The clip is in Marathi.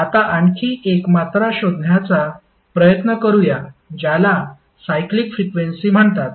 आता आणखी एक मात्रा शोधण्याचा प्रयत्न करूया ज्याला सायक्लिक फ्रिक्वेन्सी म्हणतात